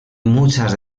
muchas